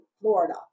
Florida